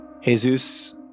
Jesus